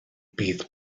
bydd